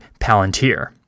Palantir